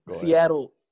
Seattle